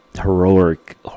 heroic